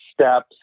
steps